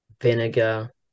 vinegar